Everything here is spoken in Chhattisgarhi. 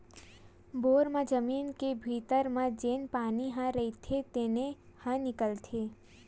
बोर म जमीन के भीतरी म जेन पानी ह रईथे तेने ह निकलथे